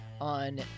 on